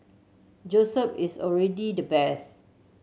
Joseph is already the best